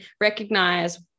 recognize